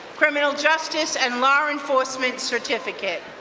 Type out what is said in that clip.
criminal justice and law enforcement certificate.